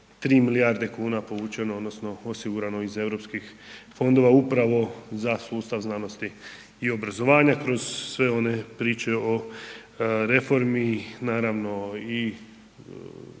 3 milijarde kuna je povučeno odnosno osigurano iz europskih fondova upravo za sustav znanosti i obrazovanja kroz sve one priče o reformi naravno i